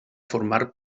formar